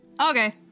Okay